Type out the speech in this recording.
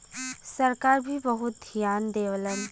सरकार भी बहुत धियान देवलन